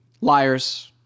Liars